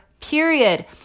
period